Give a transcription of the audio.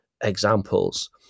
examples